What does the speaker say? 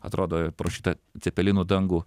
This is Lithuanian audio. atrodo pro šitą cepelinų dangų